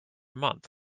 month